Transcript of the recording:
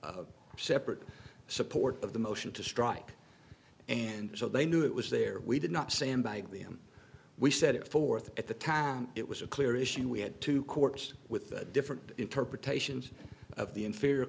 r separate support of the motion to strike and so they knew it was there we did not sandbag them we set it forth at the time it was a clear issue we had two courts with different interpretations of the inferior